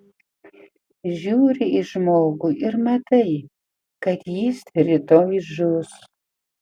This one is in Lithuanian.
žiūri į žmogų ir matai kad jis rytoj žus